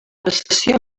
prestació